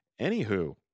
Anywho